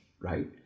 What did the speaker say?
right